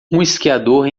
esquiador